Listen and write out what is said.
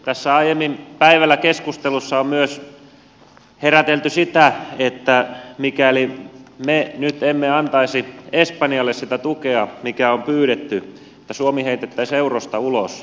tässä aiemmin päivällä keskustelussa on myös herätelty sitä että mikäli me nyt emme antaisi espanjalle sitä tukea mikä on pyydetty suomi heitettäisi eurosta ulos